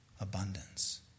Abundance